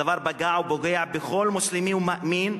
הדבר פגע ופוגע בכל מוסלמי ומאמין,